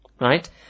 right